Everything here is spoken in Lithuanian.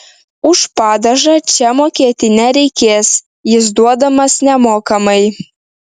už padažą čia mokėti nereikės jis duodamas nemokamai